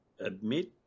admit